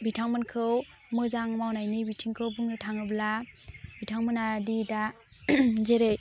बिथांमोनखौ मोजां मावनायनि बिथिंखौ बुंनो थाङोब्ला बिथांमोनादि दा जेरै